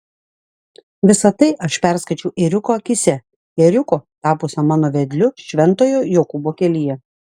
visa tai aš perskaičiau ėriuko akyse ėriuko tapusio mano vedliu šventojo jokūbo kelyje